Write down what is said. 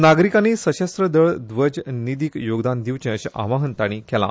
नागरिकानी सशस्त्र दळ ध्वज निधीक योगदान दिवर्चे अशें आवाहन तांणी केलां